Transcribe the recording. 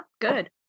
Good